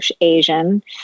Asian